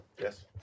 Yes